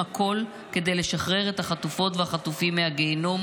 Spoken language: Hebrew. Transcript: הכול כדי לשחרר את החטופות והחטופים מהגיהינום?